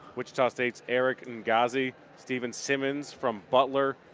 wichita state's erick ngaiza. steven similarrons from butler.